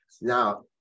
Now